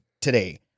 today